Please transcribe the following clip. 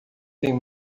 tem